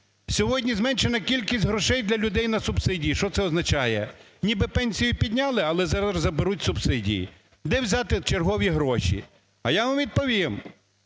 Сьогодні зменшена кількість грошей для людей на субсидії. Що це означає? Ніби пенсію підняли, але заберуть субсидії. Де взяти чергові гроші? А я вам відповім: